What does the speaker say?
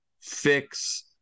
fix